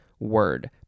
word